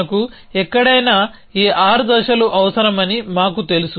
మనకు ఎక్కడైనా ఈ ఆరు దశలు అవసరమని మాకు తెలుసు